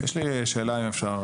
יש לי שאלה, אם אפשר: